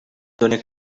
done